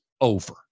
over